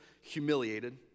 humiliated